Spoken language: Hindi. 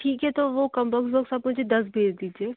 ठीक है तो वो कम्पास बौक्स आप मुझे दस भेज दीजिए